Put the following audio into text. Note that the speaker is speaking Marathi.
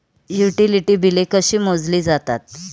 युटिलिटी बिले कशी मोजली जातात?